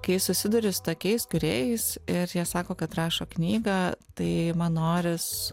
kai susiduri su tokiais kūrėjais ir jie sako kad rašo knygą tai man noris